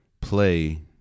play